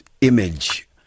image